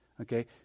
Okay